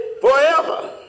forever